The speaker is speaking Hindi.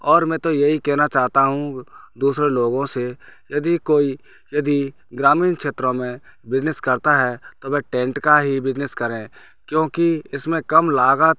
और मैं तो यही कहना चाहता हूँ दूसरे लोगों से यदि कोई यदि ग्रामीण क्षेत्रों में बिज़नेस करता है तो वह टेंट का ही बिज़नेस करे क्योंकि इसमें कम लागत